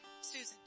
Susan